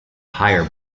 higher